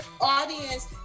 audience